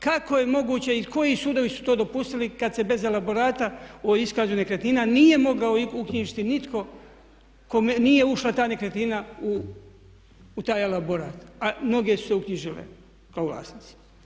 Kako je moguće i koji sudovi su to dopustili kad se bez elaborata o iskazu nekretnina nije mogao uknjižiti nitko kome nije ušla ta nekretnina u taj elaborat a mnoge su se uknjižile kao vlasnici.